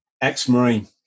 ex-Marine